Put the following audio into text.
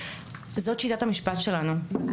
זאת שיטת המשפט שלנו,